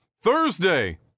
Thursday